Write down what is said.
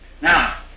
Now